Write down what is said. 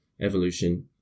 evolution